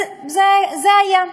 זה היה.